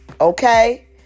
Okay